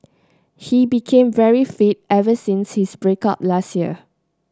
he became very fit ever since his break up last year